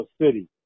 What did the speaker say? City